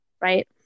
right